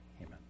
Amen